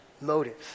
motives